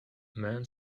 man